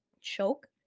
choke